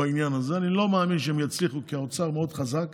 אני לא מאמין שהם יצליחו, כי האוצר מאוד חזק,